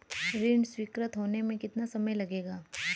ऋण स्वीकृत होने में कितना समय लगेगा?